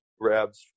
grabs